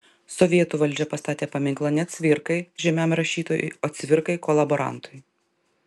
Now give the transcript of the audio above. sovietų valdžia pastatė paminklą ne cvirkai žymiam rašytojui o cvirkai kolaborantui